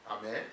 Amen